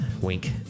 Wink